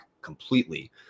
completely